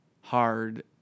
hard